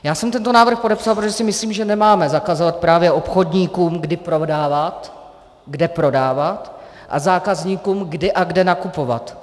Já jsem tento návrh podepsal, protože si myslím, že nemáme zakazovat právě obchodníkům, kdy prodávat, kde prodávat, a zákazníkům, kdy a kde nakupovat.